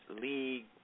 league